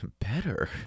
better